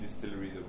distillery